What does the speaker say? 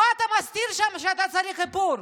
מה אתה מסתיר שם שאתה צריך איפור?